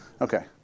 Okay